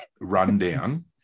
rundown